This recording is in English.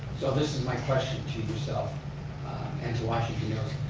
so this is my question to yourself and to washington mills.